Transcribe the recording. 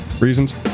reasons